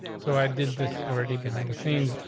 so i did this already behind the same.